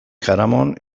jaramon